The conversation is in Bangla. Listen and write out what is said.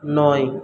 নয়